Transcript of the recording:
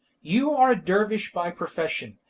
you are a dervish by profession,